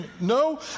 no